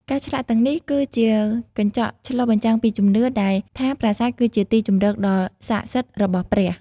ការឆ្លាក់ទាំងនេះគឺជាកញ្ចក់ឆ្លុះបញ្ចាំងពីជំនឿដែលថាប្រាសាទគឺជាទីជម្រកដ៏ស័ក្តិសិទ្ធិរបស់ព្រះ។